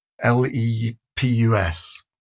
L-E-P-U-S